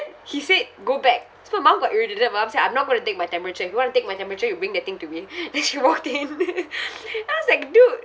he said go back so my mum got irritated my mum said I'm not going to take my temperature if you want to take my temperature you bring the thing to me this whole thing I was like dude